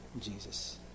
Jesus